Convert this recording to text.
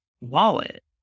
wallet